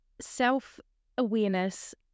Self-awareness